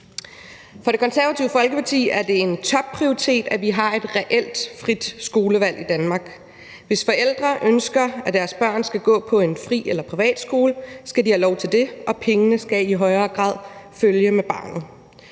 For Det Konservative Folkeparti er det en topprioritet, at vi har et reelt frit skolevalg i Danmark. Hvis forældre ønsker, at deres børn skal gå på en fri- eller privatskole, skal de have lov til det, og pengene skal i højere grad følge med barnet.